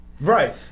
Right